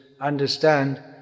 understand